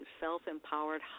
self-empowered